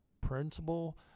principal